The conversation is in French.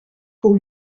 pour